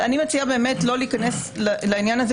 אני מציעה לא להיכנס לעניין הזה.